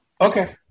Okay